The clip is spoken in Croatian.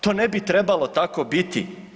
To ne bi trebalo tako biti.